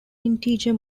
integer